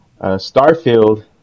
Starfield